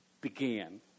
began